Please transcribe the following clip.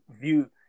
view